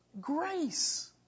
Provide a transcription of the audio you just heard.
grace